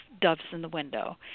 doves-in-the-window